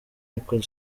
record